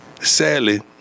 Sadly